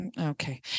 okay